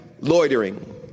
loitering